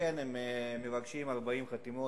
כן, הם מבקשים 40 חתימות,